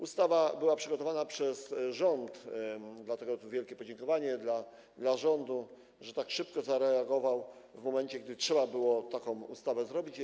Ustawa była przygotowana przez rząd, dlatego wielkie podziękowania dla rządu, że tak szybko zareagował w momencie, gdy trzeba było taką ustawę opracować.